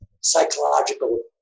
psychological